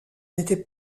n’étaient